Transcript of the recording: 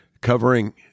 covering